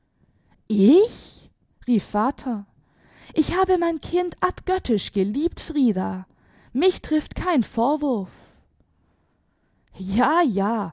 ich rief vater ich habe mein kind abgöttisch geliebt frieda mich trifft kein vorwurf ja ja